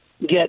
get